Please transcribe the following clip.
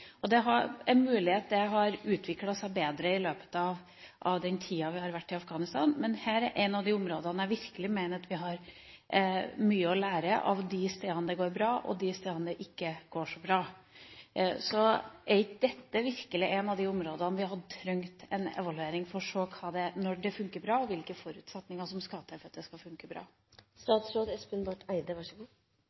Det er mulig at det har utviklet seg bedre i løpet av den tida vi har vært i Afghanistan, men her er et av de områdene som jeg virkelig mener at vi har mye å lære av, fra de stedene det går bra, og fra de stedene det ikke går så bra. Er ikke dette virkelig et av de områdene der vi hadde trengt en evaluering for å se når det funker bra, og hvilke forutsetninger som skal til for at det skal funke